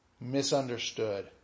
misunderstood